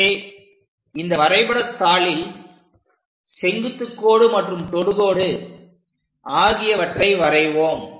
எனவே இந்த வரைபடத்தாளில் செங்குத்துக் கோடு மற்றும் தொடுகோடு ஆகியவற்றை வரைவோம்